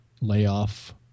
layoff